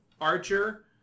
archer